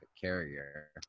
carrier